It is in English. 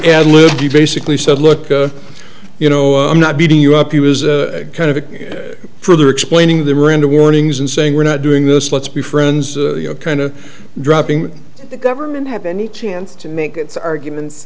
and live you basically said look you know i'm not beating you up he was a kind of a further explaining they were into warnings and saying we're not doing this let's be friends you know kind of dropping the government have any chance to make its arguments